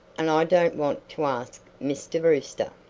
and i don't want to ask mr. brewster.